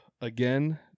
again